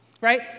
Right